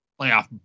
playoff